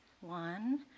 one